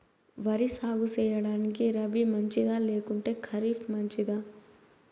వరి సాగు సేయడానికి రబి మంచిదా లేకుంటే ఖరీఫ్ మంచిదా